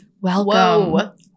Welcome